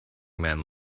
men